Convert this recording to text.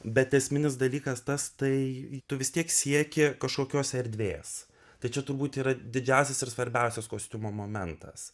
bet esminis dalykas tas tai tu vis tiek sieki kažkokios erdvės tai čia turbūt yra didžiausias ir svarbiausias kostiumo momentas